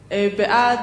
בעד,